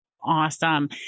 Awesome